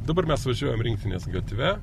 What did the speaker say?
dabar mes važiuojam rinktinės gatve